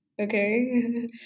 okay